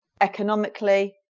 economically